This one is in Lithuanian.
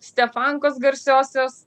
stefankos garsiosios